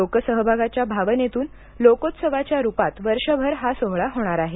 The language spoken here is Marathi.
लोकसहभागाच्या भावनेतून लोकोत्सवाच्या रूपात वर्षभर हा सोहळा होणार आहे